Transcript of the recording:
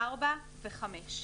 (4) ו-(5).